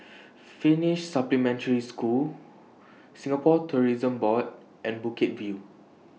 Finnish Supplementary School Singapore Tourism Board and Bukit View